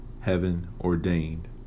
heaven-ordained